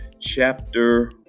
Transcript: chapter